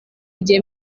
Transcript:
gihe